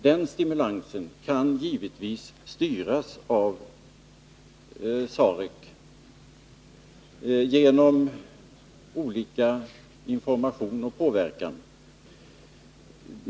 Den stimulansen kan givetvis styras av SAREC genom information och påverkan.